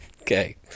Okay